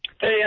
Hey